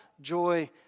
joy